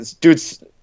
dudes